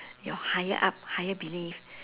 your higher up higher belief